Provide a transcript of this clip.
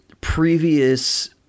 previous